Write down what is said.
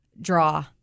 draw